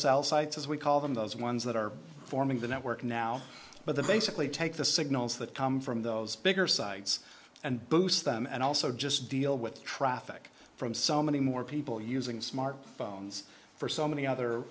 out sites as we call them those ones that are forming the network now but the basically take the signals that come from those bigger sites and boost them and also just deal with traffic from so many more people using smart phones for so many other